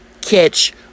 catch